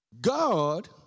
God